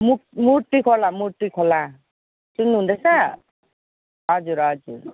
मुक् मुर्ती खोला मुर्ती खोला सुन्नुहुँदैछ हजुर हजुर